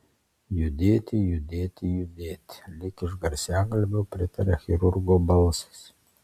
judėti judėti judėti lyg iš garsiakalbio pritaria chirurgo balsas